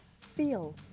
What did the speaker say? Feel